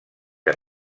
que